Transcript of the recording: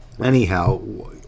anyhow